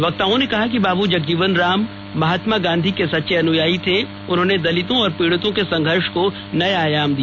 वक्ताओं ने कहा कि बाबू जगजीवन राम महात्मा गांधी के सच्चे अनुयायी थे उन्होंने दलितों और पीड़ितों के संघर्ष को नया आयाम दिया